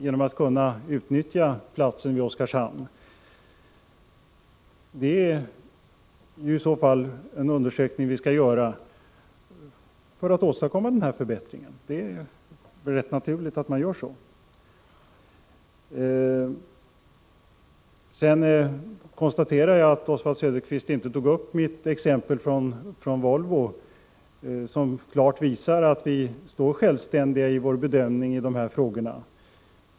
Genom att utnyttja området vid Oskarshamn skulle man t.ex. kunna slippa transporter. Det är i så fall naturligt att man gör en undersökning för att åstadkomma en sådan förbättring. Oswald Söderqvist tog inte upp mitt exempel från Volvo som mycket klart visar att vi står sj vständiga i vår bedömning av miljöfrågor.